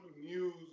news